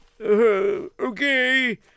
Okay